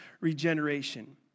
regeneration